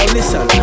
listen